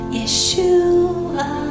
Yeshua